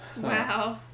Wow